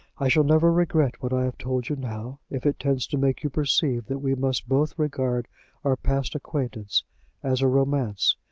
i shall never regret what i have told you now, if it tends to make you perceive that we must both regard our past acquaintance as a romance,